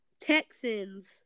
Texans